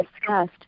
discussed